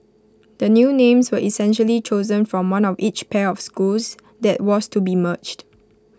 the new names were essentially chosen from one of each pair of schools that was to be merged